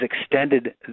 extended